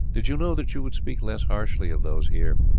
did you know that you would speak less harshly of those here.